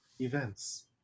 events